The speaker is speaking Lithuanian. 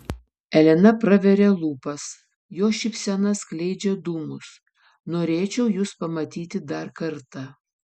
elena praveria lūpas jos šypsena skleidžia dūmus norėčiau jus pamatyti dar kartą